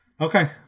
Okay